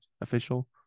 official